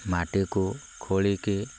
ମାଟିକୁ ଖୋଳିକି